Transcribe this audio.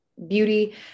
beauty